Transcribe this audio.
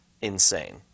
insane